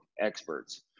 experts